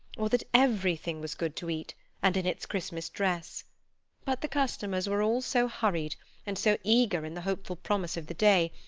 or that everything was good to eat and in its christmas dress but the customers were all so hurried and so eager in the hopeful promise of the day,